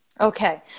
Okay